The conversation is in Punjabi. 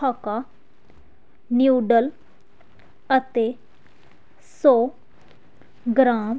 ਹਾਕਾ ਨਿਊਡਲ ਅਤੇ ਸੌ ਗ੍ਰਾਮ